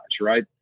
right